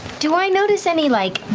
do i notice any like,